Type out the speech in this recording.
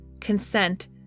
consent